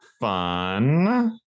Fun